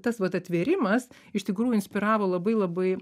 tas vat atvėrimas iš tikrųjų inspiravo labai labai